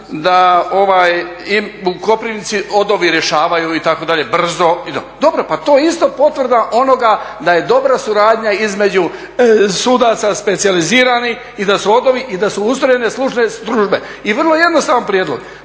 da u Koprivnici ODO-vi rješavaju itd. brzo. Dobro, pa to je isto potvrda onoga da je dobra suradnja između sudaca specijaliziranih i da su ustrojene stručne službe. I vrlo jednostavan prijedlog,